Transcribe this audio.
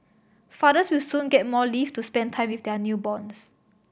fathers will soon get more leave to spend time with their newborns